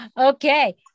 Okay